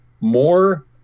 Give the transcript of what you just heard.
more